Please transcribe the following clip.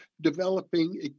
developing